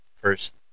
first